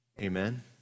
Amen